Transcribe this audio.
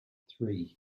three